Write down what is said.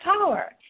power